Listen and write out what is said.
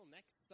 Next